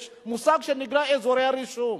יש מושג שנקרא "אזורי רישום".